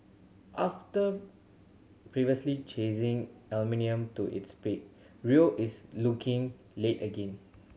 after previously chasing aluminium to its peak Rio is looking late again